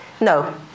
No